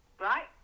right